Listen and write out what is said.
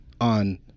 on